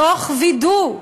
תוך וידוא,